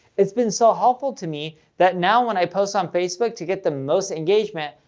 it's been so helpful to me that now when i post on facebook, to get the most engagement,